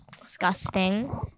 Disgusting